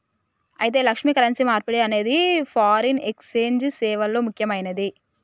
అయితే లక్ష్మి, కరెన్సీ మార్పిడి అనేది ఫారిన్ ఎక్సెంజ్ సేవల్లో ముక్యమైనది